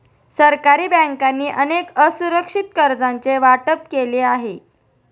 सरकारी बँकांनी अनेक असुरक्षित कर्जांचे वाटप केले आहे